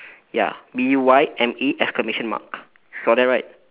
ya B U Y M E exclamation mark you saw that right